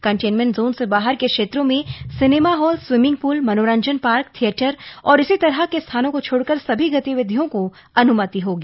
containment zone से बाहर के क्षेत्रों में सिनेमा हॉल स्विमिंग पूल मनोरंजन पार्क थिएटर और इसी तरह के स्थानों को छोड़कर सभी गतिविधियों की अनुमति होगी